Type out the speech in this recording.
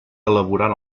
elaborant